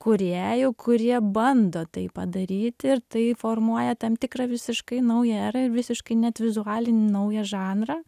kūrėjų kurie bando tai padaryti ir tai formuoja tam tikrą visiškai naują erą ir visiškai net vizualinį naują žanrą